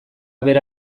bera